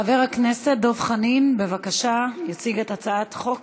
חבר הכנסת דב חנין, בבקשה, יציג את הצעת חוק